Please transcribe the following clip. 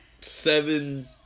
seven